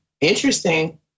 interesting